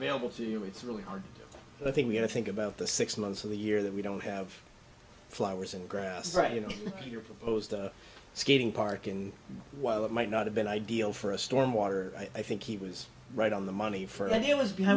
available to you it's really hard i think we have to think about the six months of the year that we don't have flowers and grass right you know your proposed skating park and while it might not have been ideal for a stormwater i think he was right on the money for that it was